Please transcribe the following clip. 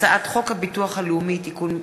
הצעת חוק הביטוח הלאומי (תיקון מס'